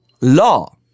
law